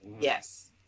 Yes